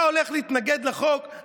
אתה הולך להתנגד לחוק?